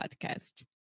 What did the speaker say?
podcast